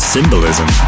Symbolism